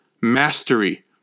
mastery